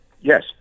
Yes